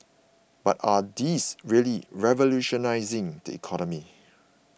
but are these really revolutionising the economy